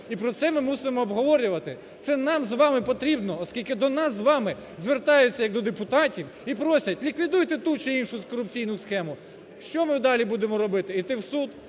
і про це ми мусимо обговорювати. Це нам з вами потрібно, оскільки до нас з вами звертаються як до депутатів і просять, ліквідуйте ту чи іншу корупційну схему. Що ми далі будемо робити? Йти в суд.